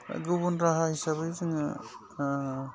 गुबुन राहा हिसाबै जोङो